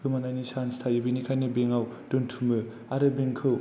गोमानायनि सान्स थायो बेनिखायनो बेंक आव दोनथुमो आरो बेंक खौ